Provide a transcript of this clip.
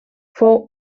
fou